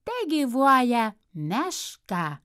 tegyvuoja meška